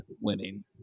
winning